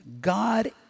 God